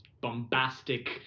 bombastic